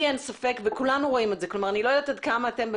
אני לא יודעת עד כמה אתם,